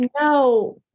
no